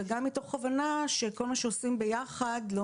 וגם מתוך הבנה שכל מה שעושים ביחד לא